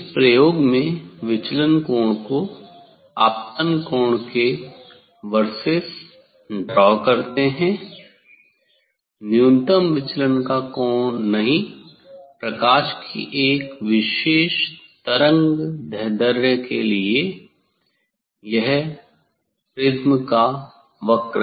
इस प्रयोग में विचलन कोण को आपतन कोण के वर्सस ड्रा करते है न्यूनतम विचलन का कोण नहीं प्रकाश की एक विशेष तरंगदैर्ध्य के लिए प्रिज्म का यह वक्र